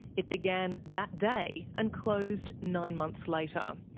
it began that day and closed nine months later.